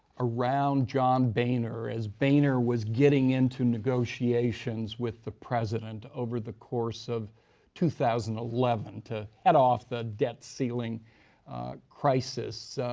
around john boehner as boehner was getting into negotiations with the president over the course of two thousand and eleven to head off the debt ceiling crisis.